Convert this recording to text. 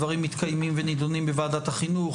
דברים מתקיימים ונידונים בוועדת החינוך,